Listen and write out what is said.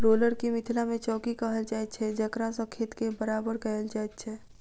roller के मिथिला मे चौकी कहल जाइत छै जकरासँ खेत के बराबर कयल जाइत छै